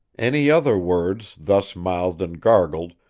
any other words, thus mouthed and gargled,